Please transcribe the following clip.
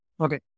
Okay